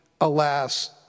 Alas